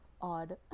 odd